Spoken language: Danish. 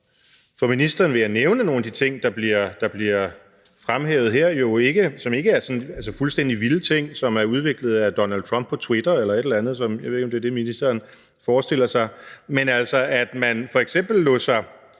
for ministeren vil jeg nævne nogle af de ting, der bliver fremhævet her, og som jo ikke er sådan fuldstændig vilde ting udviklet af Donald Trump på Twitter eller et eller andet – jeg ved ikke, om det er det, ministeren forestiller sig